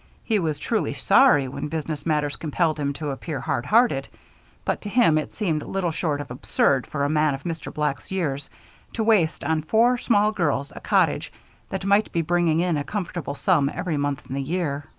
he was truly sorry when business matters compelled him to appear hard-hearted but to him it seemed little short of absurd for a man of mr. black's years to waste on four small girls a cottage that might be bringing in a comfortable sum every month in the year.